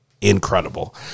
incredible